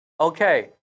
Okay